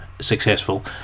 successful